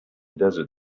desert